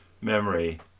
memory